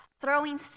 Throwing